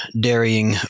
dairying